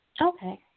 Okay